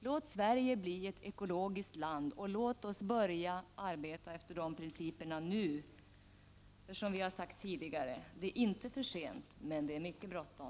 Låt Sverige bli ett ekologiskt land, och låt oss i Sverige börja arbeta efter dessa principer nu. Som vi har sagt tidigare är det inte för sent, men det är mycket bråttom.